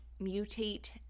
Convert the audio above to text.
mutate